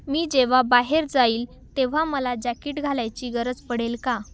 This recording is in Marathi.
मी जेव्हा बाहेर जाईल तेव्हा मला जॅकीट घालायची गरज पडेल का